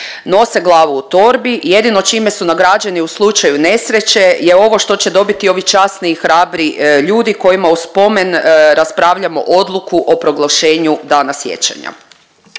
nose glavu u torbu i jedino čime su nagrađeni u slučaju nesreće je ovo što će dobiti ovi časni i hrabri ljudi kojima u spomen raspravljamo odluku o proglašenju Dana sjećanja.